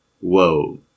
whoa